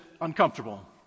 uncomfortable